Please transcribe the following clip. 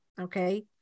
okay